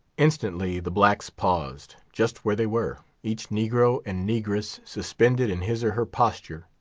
instantly the blacks paused, just where they were, each negro and negress suspended in his or her posture,